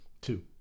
Two